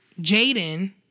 Jaden